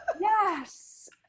Yes